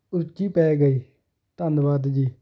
ਰੁਚੀ ਪੈ ਗਈ ਧੰਨਵਾਦ ਜੀ